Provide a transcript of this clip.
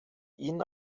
ihn